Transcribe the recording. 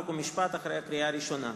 חוק ומשפט אחרי קריאה ראשונה.